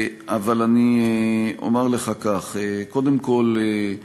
אבל אני אומר לך כך: קודם כול,